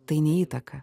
tai ne įtaka